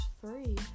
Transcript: three